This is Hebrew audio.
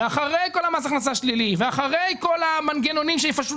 אחרי כל מס ההכנסה השלילי ואחרי כל המנגנונים שיפשטו